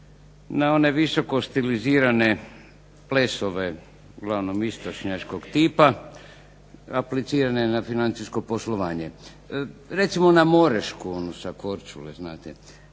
na one visokostilizirane plesove, uglavnom istočnjačkog tipa, aplicirane na financijsko poslovanje. Recimo na Morešku onu sa Korčule znate.